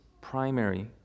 primary